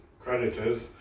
Creditors